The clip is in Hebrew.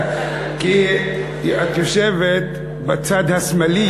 כי את יושבת בצד השמאלי,